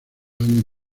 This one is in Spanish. años